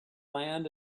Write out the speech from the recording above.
land